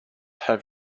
have